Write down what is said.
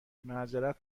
معظرت